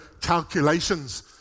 calculations